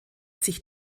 sich